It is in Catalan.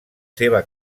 seva